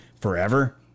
forever